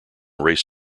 race